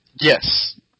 Yes